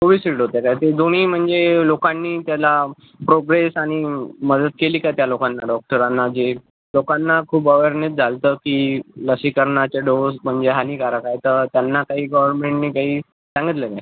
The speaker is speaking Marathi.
कोविशिल्ड होत्या का ते दोन्ही म्हणजे लोकांनी त्याला प्रोग्रेस आणि मदत केली का त्या लोकांना डॉक्टरांना जे लोकांना खूप अवेरनेस झालंतं की लसीकरणाचे डोस म्हणजे हानिकारक आहे तर त्यांना काही गवरमेंटनी काही सांगतलं काय